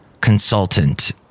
consultant